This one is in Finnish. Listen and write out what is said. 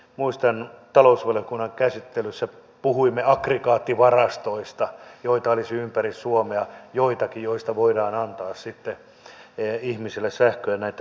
muistan että talousvaliokunnan käsittelyssä puhuimme aggregaattivarastoista joita olisi ympäri suomea joitakin joista voidaan antaa sitten ihmisille sähköä näitten määrittelyitten puitteissa